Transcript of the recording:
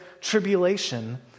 tribulation